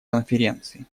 конференции